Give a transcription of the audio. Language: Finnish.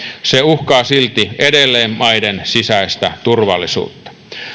se uhkaa silti edelleen maiden sisäistä turvallisuutta